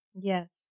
Yes